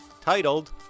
titled